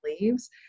leaves